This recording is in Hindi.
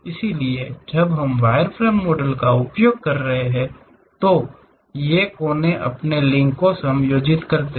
इसलिए जब हम वायरफ्रेम मॉडल का उपयोग कर रहे हैं तो ये कोने अपने लिंक को समायोजित करते हैं